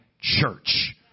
church